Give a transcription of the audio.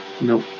Nope